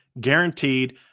guaranteed